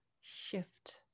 shift